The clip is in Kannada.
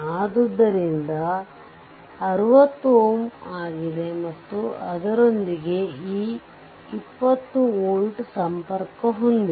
ಆದ್ದರಿಂದ 60Ω ಆಗಿದೆ ಮತ್ತು ಇದರೊಂದಿಗೆ ಈ 20 ವೋಲ್ಟ್ ಸಂಪರ್ಕ ಹೊಂದಿದೆ